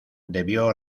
debió